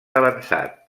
avançat